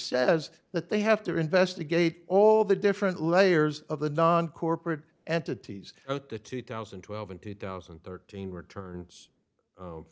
says that they have to investigate all the different layers of the non corporate entities at the two thousand and twelve and two thousand and thirteen returns